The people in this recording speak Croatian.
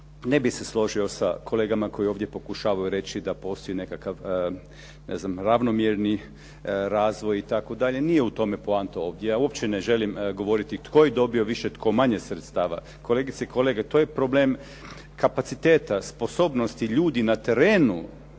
ne bih se složio sa kolegama koji ovdje pokušavaju reći da postoji nekakav ravnomjerni razvoj itd. Nije u tome poanta ovdje. Ja uopće ne želim govoriti tko je dobio više, tko manje sredstava. Kolegice i kolege, to je problem kapaciteta, sposobnosti ljudi na terenu